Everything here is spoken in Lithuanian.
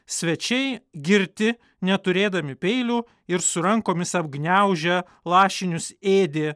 svečiai girti neturėdami peilių ir su rankomis apgniaužę lašinius ėdė